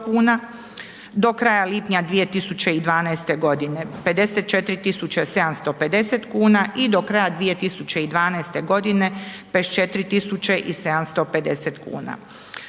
do kraja lipnja 2012. g., 54 750 i do kraja 2012. g. 54 750 kuna.